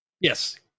yes